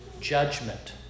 judgment